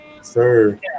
Sir